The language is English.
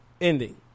ending